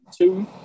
Two